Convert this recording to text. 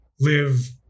live